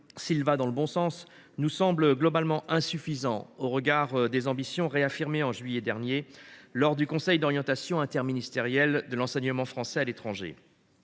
loi de finances pour 2024 nous semble globalement insuffisant au regard des ambitions réaffirmées en juillet dernier lors du conseil d’orientation interministériel de l’enseignement français à l’étranger.